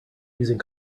using